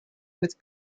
with